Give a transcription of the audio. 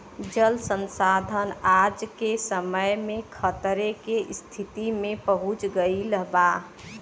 जल संसाधन आज के समय में खतरे के स्तिति में पहुँच गइल बा